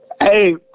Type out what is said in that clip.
Hey